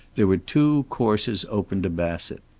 there were two courses open to bassett.